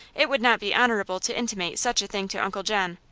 it would not be honorable to intimate such a thing to uncle john.